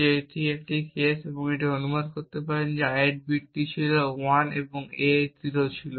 যে এটি হয় এই কেস এবং এটি অনুমান করতে পারে যে ith বিটটি 1 বা a 0 ছিল